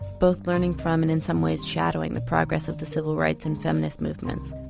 both learning from and in some ways shadowring the progress of the civil rights and feminists movements.